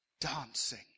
dancing